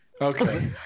Okay